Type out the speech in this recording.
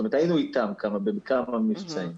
היינו איתם בכמה מבצעים.